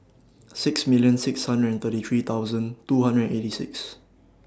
six million six hundred and thirty three thousand two hundred and eighty six